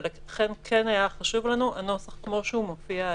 ולכן כן היה חשוב לנו הנוסח כפי שהוא מופיע היום.